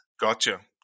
Gotcha